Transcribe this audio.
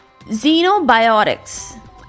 Xenobiotics